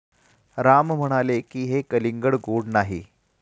राम म्हणाले की, हे कलिंगड गोड नाही